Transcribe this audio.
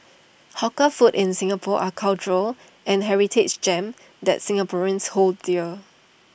hawker food in Singapore are cultural and heritage gems that Singaporeans hold dear